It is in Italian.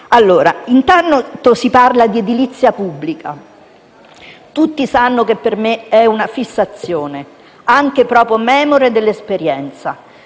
problemi. Intanto, si parla di edilizia pubblica. Tutti sanno che per me è una fissazione, anche memore dell'esperienza.